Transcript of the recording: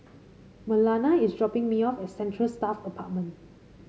Marlana is dropping me off at Central Staff Apartment